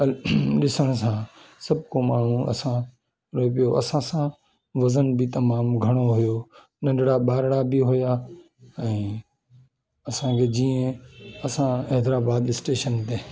ॾिसण सां सभु को माण्हू असां वरी ॿियो असां सां वज़न बि तमामु घणो वयो नंढणा ॿार बि हुआ ऐं असांखे जीअं असां हैदराबाद स्टेशन ते